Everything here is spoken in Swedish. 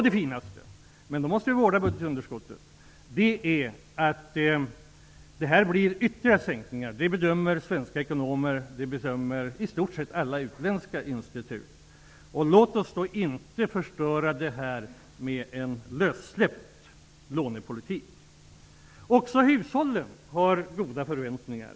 Det finaste är att ytterligare sänkningar är att vänta om budgetunderskottet vårdas. Den bedömningen gör svenska ekonomer och i stort sett alla utländska institut. Låt oss inte förstöra denna möjlighet med en lössläppt lånepolitik. Också i hushållen finns det stora förväntningar.